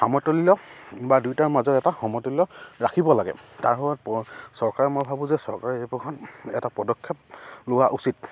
সমতুল্য বা দুয়োটাৰ মাজত এটা সমতুল্য ৰাখিব লাগে তাৰ সময়ত চৰকাৰে মই ভাবোঁ যে চৰকাৰে এই প্ৰসংগত এটা পদক্ষেপ লোৱা উচিত